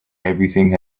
everything